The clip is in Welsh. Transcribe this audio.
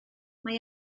mae